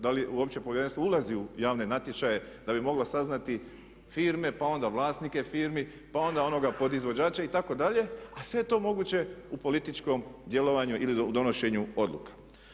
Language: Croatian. Da li uopće povjerenstvo ulazi u javne natječaje da bi moglo saznati firme pa onda vlasnike firmi pa onda onoga podizvođača itd. a sve je to moguće u političkom djelovanju ili u donošenju odluka.